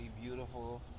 beautiful